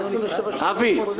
אבי,